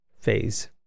phase